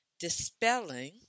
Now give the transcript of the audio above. Dispelling